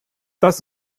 das